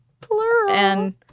Plural